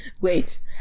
wait